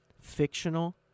fictional